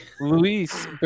Luis